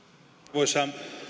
arvoisa